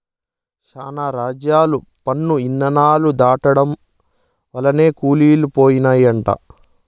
శానా రాజ్యాలు పన్ను ఇధానాలు దాటడం వల్లనే కూలి పోయినయంట